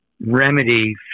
remedy